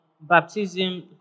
baptism